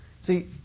See